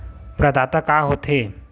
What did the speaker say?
प्रदाता का हो थे?